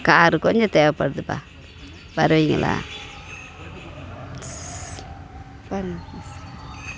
car கொஞ்சம் தேவைப்படுதுபா வருவீங்களா